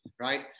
right